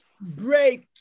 break